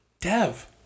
Dev